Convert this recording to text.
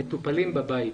מטופלים בבית.